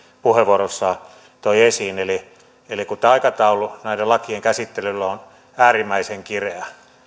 puheenvuorossaan toi esiin eli eli kun tämä aikataulu näiden lakien käsittelyllä on äärimmäisen kireä